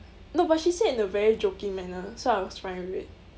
no but she said in a very joking manner so I was fine with it